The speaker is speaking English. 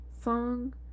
song